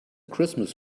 christmas